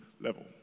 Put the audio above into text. level